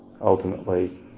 ultimately